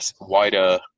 wider